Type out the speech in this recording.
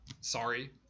Sorry